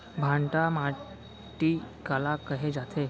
भांटा माटी काला कहे जाथे?